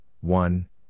One